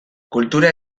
kultura